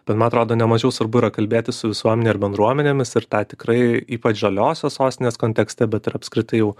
bet man atrodo nemažiau svarbu yra kalbėtis su visuomene ir bendruomenėmis ir tą tikrai ypač žaliosios sostinės kontekste bet ir apskritai jau